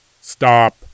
Stop